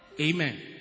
Amen